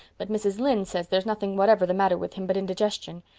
but mrs. lynde says there's nothing whatever the matter with him but indigestion.